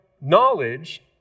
knowledge